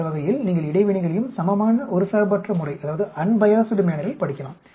அந்த வகையில் நீங்கள் இடைவினைகளையும் சமமான ஒருசார்பற்ற முறையில் படிக்கலாம்